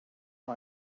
how